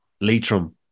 Leitrim